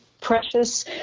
precious